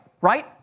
right